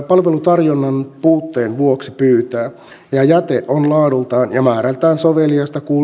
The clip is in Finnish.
palvelutarjonnan puutteen vuoksi pyytää ja ja jäte on laadultaan ja määrältään soveliasta